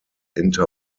inter